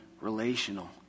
relational